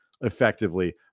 effectively